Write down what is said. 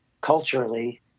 culturally